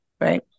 right